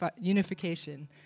unification